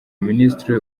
minisitiri